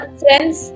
friends